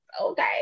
Okay